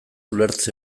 ulertze